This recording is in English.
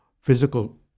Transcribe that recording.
physical